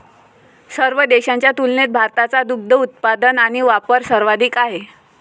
सर्व देशांच्या तुलनेत भारताचा दुग्ध उत्पादन आणि वापर सर्वाधिक आहे